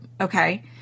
okay